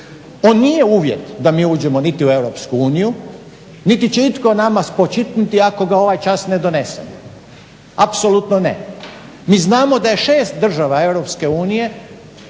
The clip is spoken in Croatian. on nije uvjet da mi uđemo niti u Europsku uniju, niti će itko nama spočitnuti ako ga ovaj čas ne donesemo, apsolutno ne. Mi znamo da je šest država